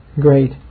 great